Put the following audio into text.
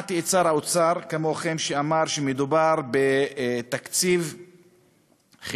שמעתי את שר האוצר אומר שמדובר בתקציב חברתי,